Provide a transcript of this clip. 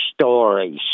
stories